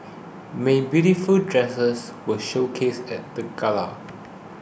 many beautiful dresses were showcased at the gala